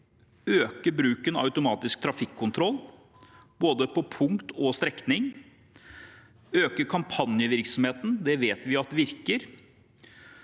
øke bruken av automatisk trafikkontroll, både på punkt og strekning, øke kampanjevirksomheten – det vet vi at virker